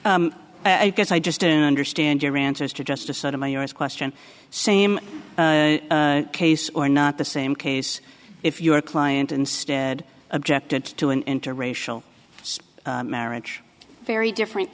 i guess i just didn't understand your answers to just the sort of my us question same case or not the same case if your client instead objected to an interracial marriage very different